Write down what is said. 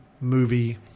movie